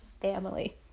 family